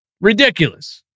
Ridiculous